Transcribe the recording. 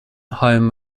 home